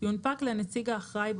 יונפק לנציג האחראי,